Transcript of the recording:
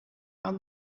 aan